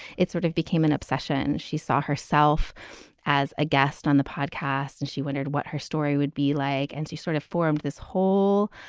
it sort of became an obsession. she saw herself as a guest on the podcast and she wondered what her story would be like. and she sort of formed this whole,